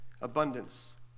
abundance